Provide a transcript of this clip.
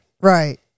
Right